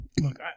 Look